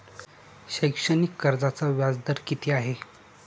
शैक्षणिक कर्जाचा व्याजदर किती आहे?